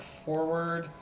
forward